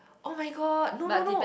oh-my-god no no no